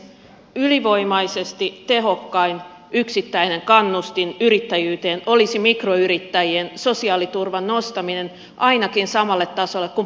ylivoimaisesti tehokkain yksittäinen kannustin yrittäjyyteen olisi mikroyrittäjien sosiaaliturvan nostaminen ainakin samalle tasolle kuin palkansaajilla